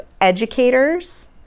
educators